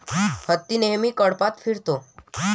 हत्ती नेहमी कळपात फिरतो